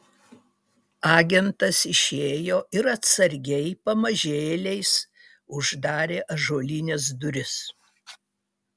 agentas išėjo ir atsargiai pamažėliais uždarė ąžuolines duris